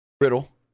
Riddle